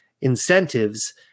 incentives